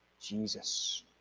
Jesus